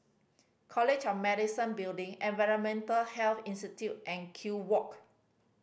College of Medicine Building Environmental Health Institute and Kew Walk